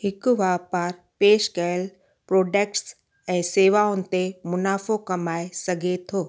हिकु वापारु पेशु कयल प्रोडक्टस ऐं शेवाउनि ते मुनाफ़ो कमाए सघे थो